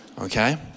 Okay